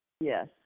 Yes